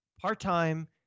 part-time